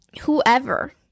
whoever